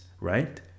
Right